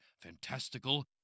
Fantastical